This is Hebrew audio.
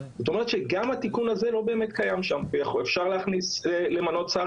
זאת אומרת שגם התיקון הזה לא באמת קיים שם ואפשר למנות שר